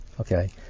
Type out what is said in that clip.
okay